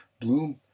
Bloom